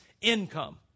income